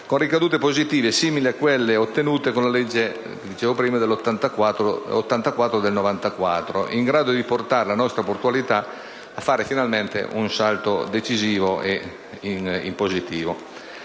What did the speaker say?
con ricadute positive simili a quelle ottenute con la legge n. 84 del 1994, in grado di portare la nostra portualità a fare finalmente un salto decisivo e in positivo.